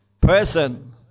person